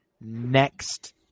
next